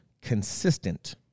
consistent